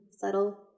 subtle